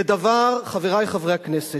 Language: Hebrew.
זה דבר, חברי חברי הכנסת,